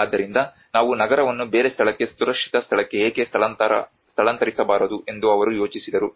ಆದ್ದರಿಂದ ನಾವು ನಗರವನ್ನು ಬೇರೆ ಸ್ಥಳಕ್ಕೆ ಸುರಕ್ಷಿತ ಸ್ಥಳಕ್ಕೆ ಏಕೆ ಸ್ಥಳಾಂತರಿಸಬಾರದು ಎಂದು ಅವರು ಯೋಚಿಸಿದರು